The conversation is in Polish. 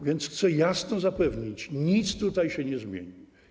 więc chcę jasno zapewnić: Nic tutaj się nie zmieni.